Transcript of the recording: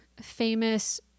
famous